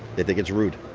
they think it's rude.